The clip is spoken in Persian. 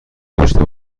داشته